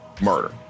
murder